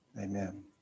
amen